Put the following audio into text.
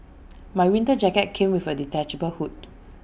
my winter jacket came with A detachable hood